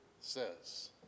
says